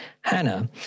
Hannah